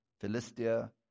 Philistia